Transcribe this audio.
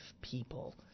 people